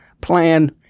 plan